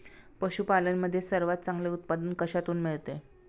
पशूपालन मध्ये सर्वात चांगले उत्पादन कशातून मिळते?